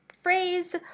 phrase